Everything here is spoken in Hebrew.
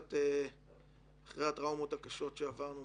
אחרי הטראומות הקשות שעברנו,